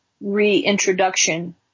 reintroduction